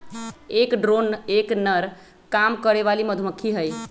एक ड्रोन एक नर काम करे वाली मधुमक्खी हई